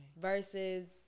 Versus